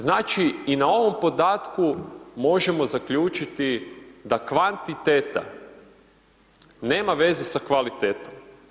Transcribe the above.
Znači, i na ovom podatku možemo zaključiti da kvantiteta nema veze sa kvalitetom.